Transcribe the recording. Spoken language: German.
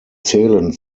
zählen